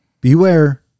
Beware